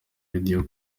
radio